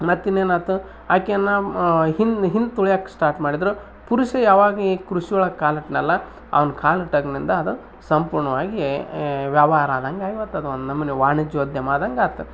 ಮತ್ತಿನ್ನೇನು ಆತು ಆಕೆಯನ್ನ ಇನ್ ಹಿಂದೆ ತುಳಿಯೋಕ ಸ್ಟಾರ್ಟ್ ಮಾಡಿದರು ಪುರುಷ್ರು ಯಾವಾಗ ಕೃಷಿಯೊಳಗ್ ಕಾಲು ಇಟ್ನಲ್ಲ ಅವ್ನು ಕಾಲು ಇಟ್ಟಾಗಿನಿಂದ ಅದು ಸಂಪೂರ್ಣವಾಗಿ ಎ ವ್ಯವಾರ ಆದಂಗೆ ಆಗಿ ಹೋಯ್ತ್ ಅದು ಒಂದು ನಮೂನಿ ವಾಣಿಜ್ಯೋದ್ಯಮ ಆದಂಗೆ ಆಯ್ತ್